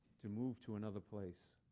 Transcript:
to move to another place.